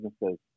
businesses